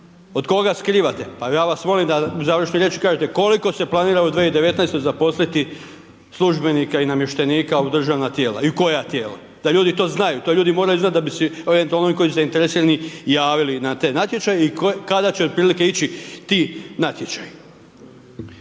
Od koga skrivate, pa ja vas molim da završnoj riječi kažete koliko se planira u 2019. zaposliti službenika i namještenika u državna tijela i u koja tijela. Da ljudi to znaju, to ljudi moraju znat da bi si, eventualno oni koji su zainteresirani javili na te natječaje i kada će otprilike ići ti natječaji.